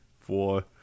four